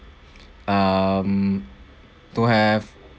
um to have